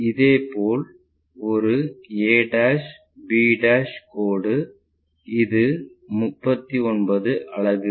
இதேபோல் ஒரு a b கோடு இது 39 அலகுகள்